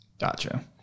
Gotcha